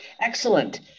Excellent